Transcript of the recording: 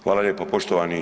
Hvala lijepo poštovani.